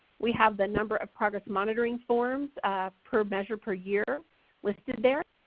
we have the number of progress monitoring forms per measure per year listed there.